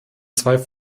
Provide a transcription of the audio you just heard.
zwei